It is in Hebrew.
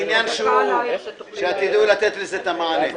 זה עניין שתדעו לתת לזה את המענה.